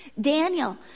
Daniel